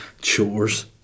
chores